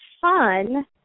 fun